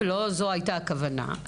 ולא זו הייתה הכוונה.